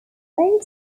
they